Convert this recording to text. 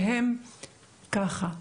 והם ככה.